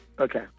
Okay